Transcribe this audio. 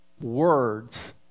words